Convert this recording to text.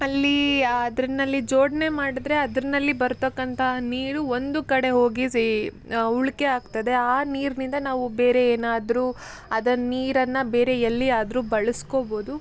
ಅಲ್ಲಿ ಅದರಲ್ಲಿ ಜೋಡಣೆ ಮಾಡಿದರೆ ಅದರಲ್ಲಿ ಬರತಕ್ಕಂತಹ ನೀರು ಒಂದು ಕಡೆ ಹೋಗಿ ಸೇ ಉಳಿಕೆ ಆಗ್ತದೆ ಆ ನೀರಿನಿಂದ ನಾವು ಬೇರೆ ಏನಾದರೂ ಅದನ್ನ ನೀರನ್ನು ಬೇರೆ ಎಲ್ಲಿಯಾದರೂ ಬಳಸ್ಕೊಬೋದು